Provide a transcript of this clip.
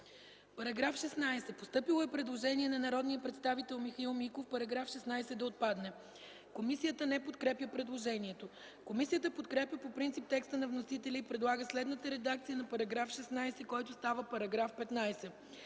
По § 11 има предложение на народния представител Михаил Миков: Параграф 11 да отпадне. Комисията не подкрепя предложението. Комисията подкрепя по принцип текста на вносителя и предлага следната редакция на § 11, който става § 10: „§ 10.